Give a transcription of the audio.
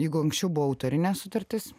jeigu anksčiau buvo autorinė sutartis